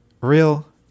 real